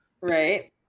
Right